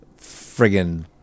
friggin